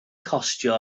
costio